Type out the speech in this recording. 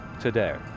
today